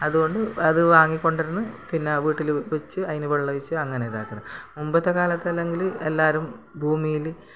അതുകൊണ്ട് അത് വാങ്ങി കൊണ്ട് വരുന്നു പിന്നെ വീട്ടിൽ വെച്ച് അതിനെ വെള്ളമൊഴിച്ച് അങ്ങനെ ഇതാക്കുന്നു മുമ്പത്തെ കാലത്താണെങ്കിൽ എല്ലാവരും ഭൂമീല്